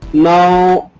now